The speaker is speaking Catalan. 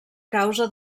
causa